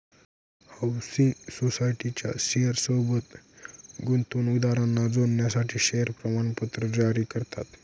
housing सोसायटीच्या share सोबत गुंतवणूकदारांना जोडण्यासाठी शेअर प्रमाणपत्र जारी करतात